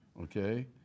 okay